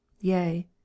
yea